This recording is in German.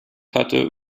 hatte